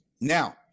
Now